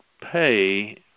pay